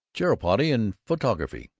chiropody and photography,